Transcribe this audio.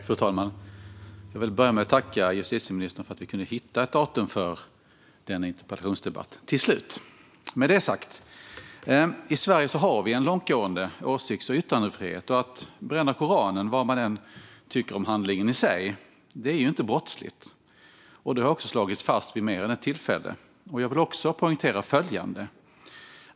Fru talman! Jag vill börja med att tacka justitieministern för att vi till slut kunde hitta ett datum för denna interpellationsdebatt. I Sverige har vi en långtgående åsikts och yttrandefrihet. Att bränna Koranen är, vad man än tycker om handlingen i sig, inte brottsligt. Detta har också slagits fast vid mer än ett tillfälle. Jag vill också poängtera följande.